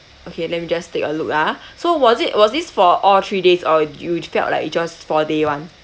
okay let me just take a look ah so was it was this for all three days or you felt like it just for day one